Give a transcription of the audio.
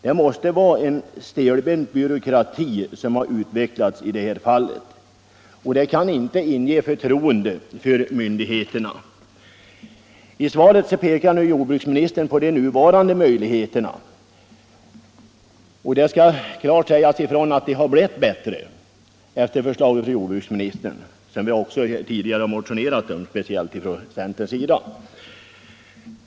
Det måste vara en stelbent byråkrati som har utvecklats på det här området, och det kan inte inge förtroende för myndigheterna. I svaret pekar jordbruksministern på de nuvarande möjligheterna, och det skall klart sägas ifrån att det har blivit smidigare genom sista riksdagsbeslutet som kom efter förslag av jordbruksministern. Tidigare hade centern motionerat om förbättringar.